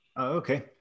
Okay